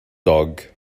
dog